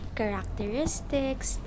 characteristics